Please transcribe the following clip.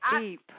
deep